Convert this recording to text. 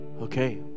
Okay